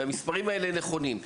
והמספרים האלה נכונים.